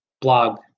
blog